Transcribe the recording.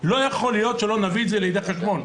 לא יכול להיות שלא נביא את זה לידי חשבון.